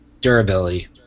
durability